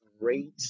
great